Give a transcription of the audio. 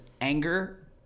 anger